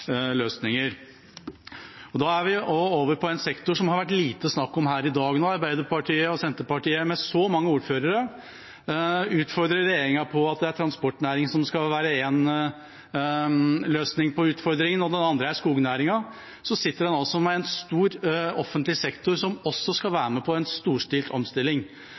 løsninger. Da er vi over på en sektor som det har vært lite snakk om her i dag. Når Arbeiderpartiet og Senterpartiet, med så mange ordførere, utfordrer regjeringa på at det er transportnæringen som skal være én løsning på utfordringene – og den andre er skognæringen – sitter en altså med en stor offentlig sektor som også skal være med på en storstilt omstilling,